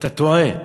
אתה טועה.